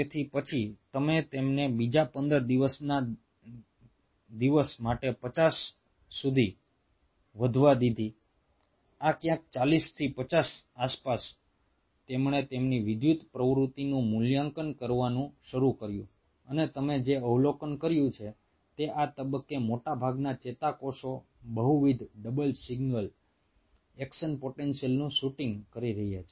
તેથી પછી તમે તેમને બીજા પંદર દિવસના દિવસ માટે પચાસ સુધી વધવા દીધા આ ક્યાંક ચાલીસથી પચાસ આસપાસ તેમણે તેમની વિદ્યુત પ્રવૃત્તિનું મૂલ્યાંકન કરવાનું શરૂ કર્યું અને તમે જે અવલોકન કર્યું છે તે આ તબક્કે મોટાભાગના ચેતાકોષો બહુવિધ ડબલ સિંગલ એક્શન પોટેન્શિયલ્સનું શૂટિંગ કરી રહ્યા છે